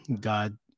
God